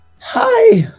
hi